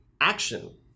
action